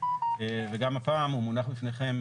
וגם הפעם הוא מונח בפניכם,